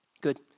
Good